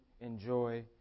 enjoy